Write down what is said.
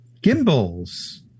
Gimbal's